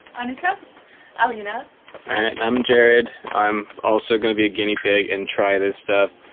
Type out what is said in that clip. and kind of ah you know i'm jared. i'm also gonna be a guinea pig and try this stuff